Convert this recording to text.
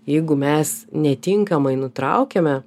jeigu mes netinkamai nutraukiame